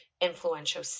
influential